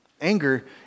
Anger